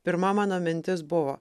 pirma mano mintis buvo